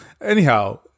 Anyhow